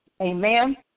Amen